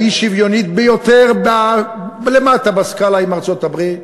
האי-שוויונית ביותר, למטה בסקאלה, עם ארצות-הברית,